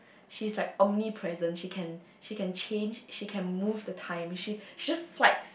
she is like omnipresent she can she can change she can move the time she she just swipes